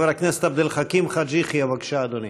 חבר הכנסת עבד אל חכים חאג' יחיא, בבקשה, אדוני.